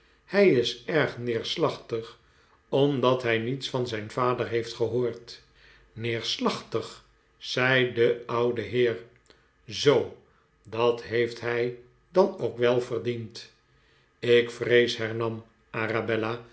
hij is erg neerslachtig omdat hij niets van zijn vader heeft gehoord neerslachtig zei de oude heer zoo dat heeft hij dan ook wel verdiend ik vrees hernam